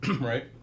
right